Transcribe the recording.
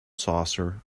saucer